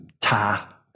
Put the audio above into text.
ta